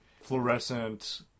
fluorescent